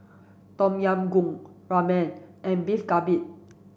Tom Yam Goong Ramen and Beef Galbi